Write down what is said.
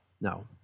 No